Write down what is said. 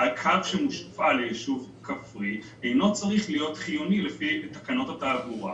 הקו שמופעל ליישוב כפרי אינו צריך להיות חיוני לפי תקנות התעבורה.